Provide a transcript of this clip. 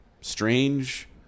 strange